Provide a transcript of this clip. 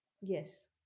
Yes